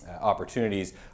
opportunities